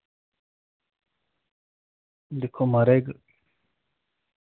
दिक्खो माराज